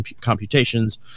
computations